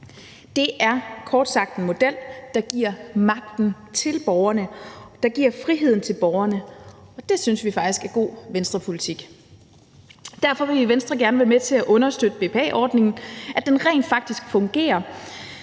Det er kort sagt en model, der giver magten til borgerne, der giver friheden til borgerne – og det synes vi faktisk er god Venstrepolitik. Derfor vil vi i Venstre gerne være med til at understøtte BPA-ordningen, så den rent faktisk fungerer,